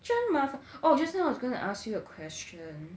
真麻烦 oh just now I was going to ask you a question